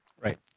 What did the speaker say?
Right